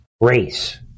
race